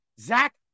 Zach